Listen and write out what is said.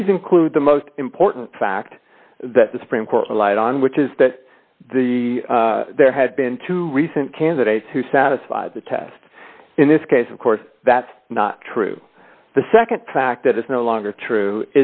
these include the most important fact that the supreme court relied on which is that there had been two recent candidates who satisfy the test in this case of course that's not true the nd fact that is no longer true